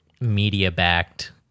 media-backed